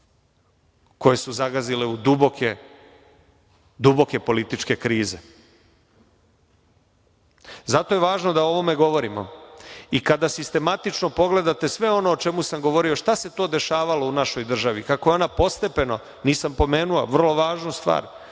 koje su zagazile u duboke, duboke političke krize. Zato je važno da o ovome govorimo. Kada sistematično pogledate sve ono o čemu sam govorio šta se to dešavalo u našoj državi, kako je ona postepeno… Nisam pomenuo vrlo važnu stvar.